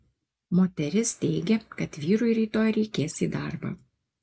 moteris teigia kad vyrui rytoj reikės į darbą